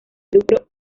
lucro